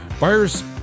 buyers